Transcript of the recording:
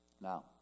Now